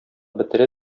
бетерә